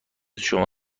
شما